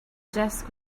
desk